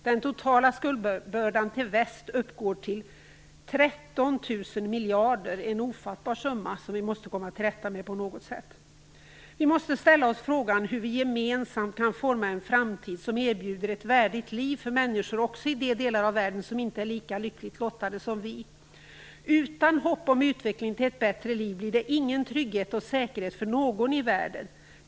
Den totala skuldbördan till väst uppgår till 13 000 miljarder, en ofattbar summa som vi måste komma till rätta med på något sätt. Vi måste ställa oss frågan hur vi gemensamt kan forma en framtid som erbjuder ett värdigt liv för människor också i de delar av världen som inte är lika lyckligt lottade som vi. Utan hopp om utveckling mot ett bättre liv blir det ingen trygghet och säkerhet för någon i världen.